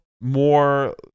more